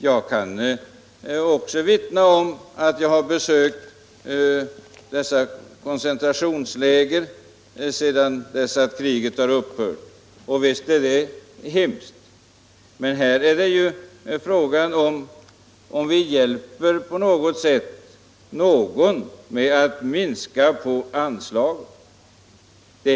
Jag kan också vittna om att jag har besökt koncentrationsläger sedan kriget upphört, och visst är det hemski. Men här är det ju fråga om huruvida vi på något sätt hjälper någon genom att minska anslaget.